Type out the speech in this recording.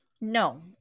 No